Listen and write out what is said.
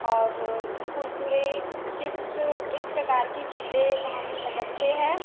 और कुरकुरे चिप्स इस प्रकार की चीज़ें हम रखते हैं